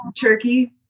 turkey